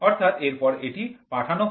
অর্থাৎ এরপর এটি পাঠানো হয়